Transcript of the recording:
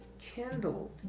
kindled